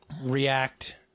react